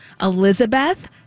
elizabeth